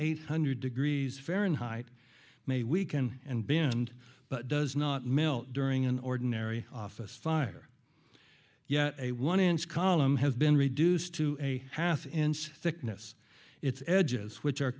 eight hundred degrees fahrenheit may weaken and bend but does not melt during an ordinary office fire yet a one inch column has been reduced to a half inch thickness its edges which are